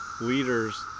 leaders